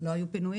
לא היו פינויים.